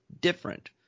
different